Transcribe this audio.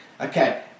Okay